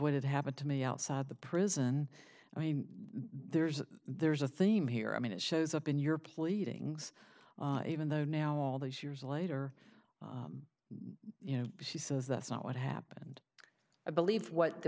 what had happened to me outside the prison i mean there's there's a theme here i mean it shows up in your pleadings even though now all these years later you know she says that's not what happened i believe what the